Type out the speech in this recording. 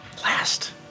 last